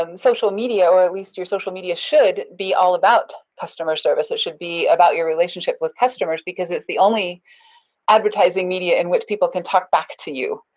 um social media or at least your social media should be all about customer service. it should be about your relationship with customers because it's the only advertising media in which people can talk back to you.